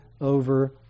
over